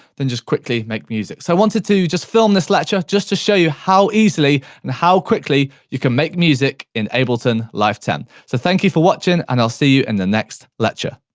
then just quickly make music. i wanted to just film this lecture just to show you how easily and how quickly you can make music in ableton live ten, so thank you for watching and i'll see you in and the next lecture.